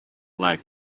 like